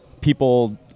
people